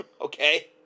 okay